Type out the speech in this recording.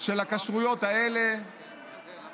של הכשרויות האלה יוכל